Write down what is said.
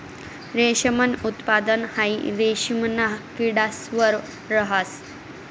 रेशमनं उत्पादन हाई रेशिमना किडास वर रहास